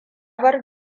bar